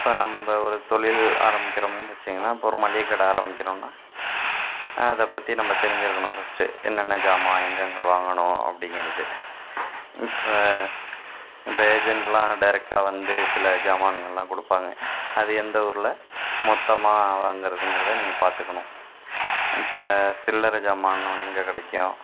இப்போ நம்ம ஒரு தொழில் ஆரம்பிக்கிறோம்னு வச்சிங்களேன் இப்போ ஒரு மளிகை ஆரம்பிக்கிறோன்னா அதை பற்றி நம்ம தெரிஞ்சு இருக்கணும் ஃபஸ்ட்டு என்னென்ன ஜாமான் எங்கெங்க வாங்கணும் அப்படிங்கிறது இப்போ இப்போ ஏஜென்ட்லெலாம் டெரெக்ட்டாக வந்து சில ஜாமான்கள்லாம் கொடுப்பாங்க அது எந்த ஊரில் மொத்தமாக வாங்கறதுங்கிறதை நீங்கள் பார்த்துக்கணும் இப்போ சில்லரை ஜாமான்னும் எங்கே கிடைக்கும்